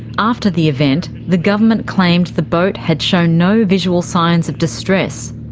after the event, the government claimed the boat had shown no visual signs of distress.